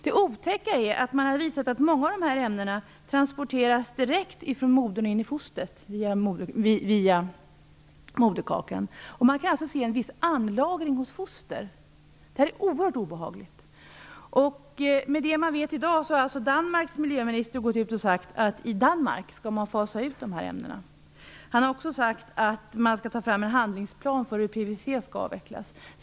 Det otäcka är att man kunnat visa att många av dessa ämnen via moderkakan transporteras direkt från modern till fostret. Man kan alltså se en viss anlagring hos foster. Detta är oerhört obehagligt. Läget i dag är det att Danmarks miljöminister har uttalat att man i Danmark skall fasa ut dessa ämnen. Han har också sagt att man skall ta fram en handlingsplan för hur PVC skall avvecklas.